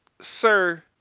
sir